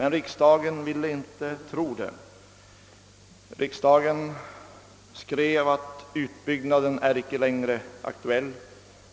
Men riksdagen ville inte tro detta, utan skrev att utbyggnaden icke längre var aktuell.